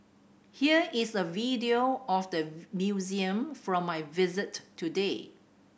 here is a video of the museum from my visit today